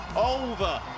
over